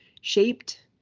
shaped